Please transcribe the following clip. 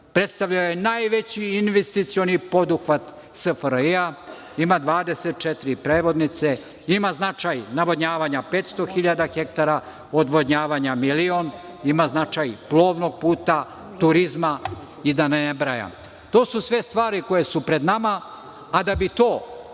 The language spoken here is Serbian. predstavljao je najveći investicioni poduhvat SFRJ-a, ima 24 prevodnice, ima značaj navodnjavanja 500 hiljada hektara, odvodnjavanja miliona, ima značaj plovnog puta, turizma i da ne nabrajam dalje. To su sve stvari koje su pred nama, a da bi to